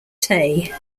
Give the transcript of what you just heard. tay